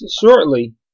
shortly